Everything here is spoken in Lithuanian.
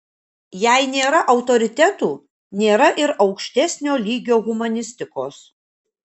jei nėra autoritetų nėra ir aukštesnio lygio humanistikos